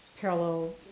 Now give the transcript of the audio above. parallel